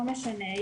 לא משנה,